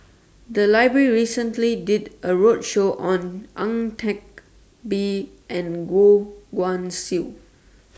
The Library recently did A roadshow on Ang Teck Bee and Goh Guan Siew